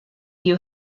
you